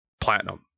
platinum